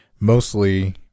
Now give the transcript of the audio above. Mostly